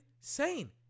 insane